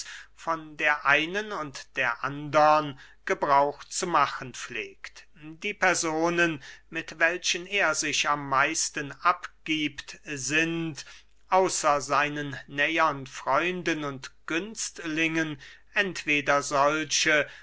von der einen und der andern gebrauch zu machen pflegt die personen mit welchen er sich am meisten abgiebt sind außer seinen nähern freunden und günstlingen entweder solche